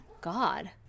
God